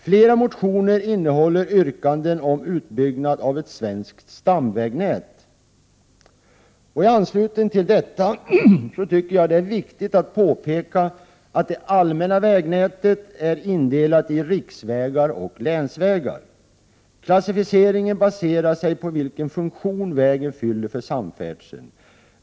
Flera motioner innehåller yrkanden om utbyggnad av ett svenskt stamvägnät. I anslutning till detta anser jag att det är viktigt att påpeka att det allmänna vägnätet är indelat i riksvägar och länsvägar. Klassificeringen baseras på vilken funktion vägen fyller för samfärdseln.